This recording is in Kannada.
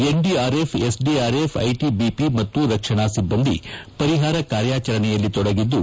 ಎನ್ಡಿಆರ್ಎಫ್ ಎಸ್ಡಿಆರ್ಎಫ್ ಐಟಬಿಪಿ ಮತ್ತು ರಕ್ಷಣಾ ಸಿಬ್ಲಂದಿ ಪರಿಹಾರ ಕಾರ್ಯಾಚರಣೆಯಲ್ಲಿ ತೊಡಗಿದ್ದು